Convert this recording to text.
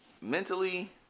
mentally